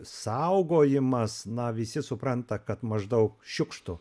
saugojimas na visi supranta kad maždaug šiukštu